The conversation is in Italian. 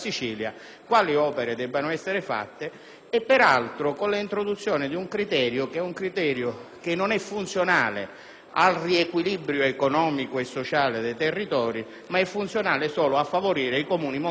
peraltro con l'introduzione di un criterio che è funzionale non al riequilibrio economico e sociale dei territori ma solo a favorire i Comuni montani del Nord. Infatti, il criterio